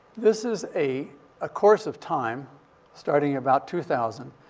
this is a a course of time starting about two thousand.